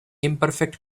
imperfect